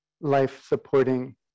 life-supporting